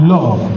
Love